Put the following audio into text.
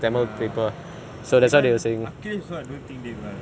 ya even ah kim also didn't do well